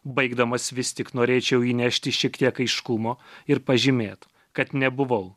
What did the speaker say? baigdamas vis tik norėčiau įnešti šiek tiek aiškumo ir pažymėt kad nebuvau